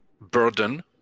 burden